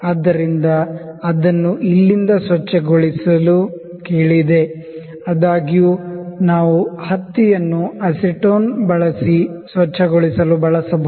ಆದ್ದರಿಂದ ಅದನ್ನು ಇಲ್ಲಿಂದ ಸ್ವಚ್ಛ ಗೊಳಿಸಲು ಕೇಳಿದೆ ಆದಾಗ್ಯೂ ನಾವು ಹತ್ತಿಯನ್ನು ಅಸಿಟೋನ್ ಬಳಸಿ ಸ್ವಚ್ಛಗೊಳಿಸಲು ಬಳಸಬಹುದು